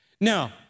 Now